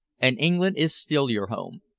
and england is still your home,